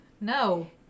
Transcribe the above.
No